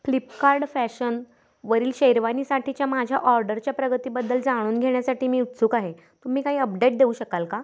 Flipkart फॅशनवरील शेरवानीसाठीच्या माझ्या ऑर्डरच्या प्रगतीबद्दल जाणून घेण्यासाठी मी उत्सुक आहे तुम्ही काही अपडेट देऊ शकाल का